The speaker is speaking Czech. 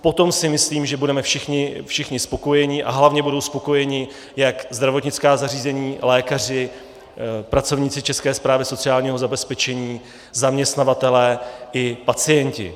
Potom si myslím, že budeme všichni spokojeni a hlavně budou spokojeni jak zdravotnická zařízení, lékaři, pracovníci České správy sociálního zabezpečení, zaměstnavatelé i pacienti.